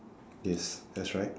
yes that's right